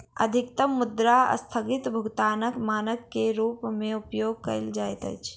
अधिकतम मुद्रा अस्थगित भुगतानक मानक के रूप में उपयोग कयल जाइत अछि